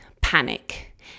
panic